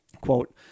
quote